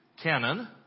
canon